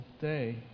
day